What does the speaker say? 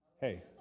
hey